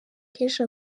kenshi